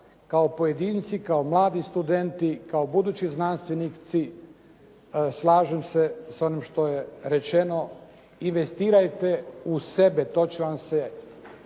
kao pojedinci, kao mladi studenti, kao budući znanstvenici, slažem se sa onim što je rečeno, investirajte u sebe, to će vam se